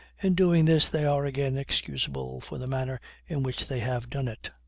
in doing this they are again excusable for the manner in which they have done it.